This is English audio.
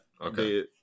Okay